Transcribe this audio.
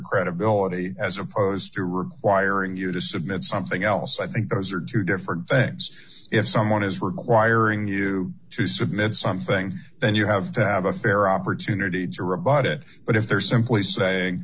credibility as opposed to requiring you to submit something else i think those are two different things if someone is requiring you to submit something then you have to have a fair opportunity to rebut it but if they're simply